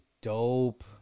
dope